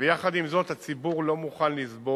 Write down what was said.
יחד עם זאת, הציבור לא מוכן לסבול